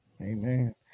Amen